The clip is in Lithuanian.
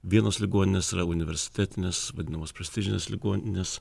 vienos ligoninės yra universitetinės vadinamos prestižinės ligoninės